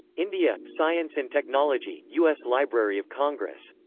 india science and technology, u s. library of congress.